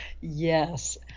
yes